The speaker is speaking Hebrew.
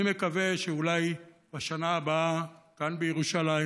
אני מקווה שאולי בשנה הבאה, כאן, בירושלים,